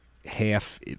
half